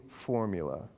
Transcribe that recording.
formula